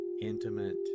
intimate